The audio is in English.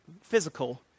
physical